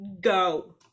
go